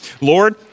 Lord